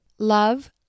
Love